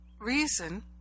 reason